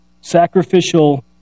sacrificial